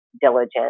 diligent